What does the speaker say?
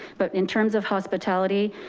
but in terms of hospitality,